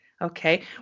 okay